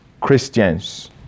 Christians